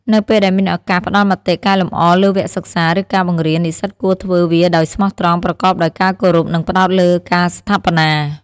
នៅពេលដែលមានឱកាសផ្តល់មតិកែលម្អលើវគ្គសិក្សា ឬការបង្រៀន និស្សិតគួរធ្វើវាដោយស្មោះត្រង់ ប្រកបដោយការគោរព និងផ្តោតលើការស្ថាបនា។